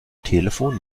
telefon